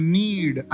need